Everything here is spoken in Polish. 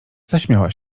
zaśmiała